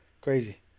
Crazy